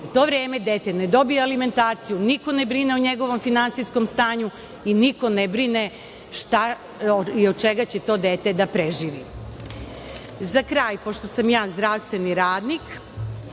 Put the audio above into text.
To vreme dete ne dobija alimentaciju, niko ne brine o njegovom finansijskom stanju i niko ne brine šta i od čega će to dete da preživi.Za kraj, pošto sam ja zdravstveni radnik,